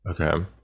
Okay